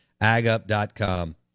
AgUp.com